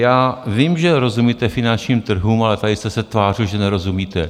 Já vím, že rozumíte finančním trhům, ale tady jste se tvářil, že nerozumíte.